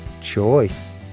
Choice